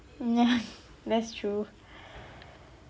mm ya that's true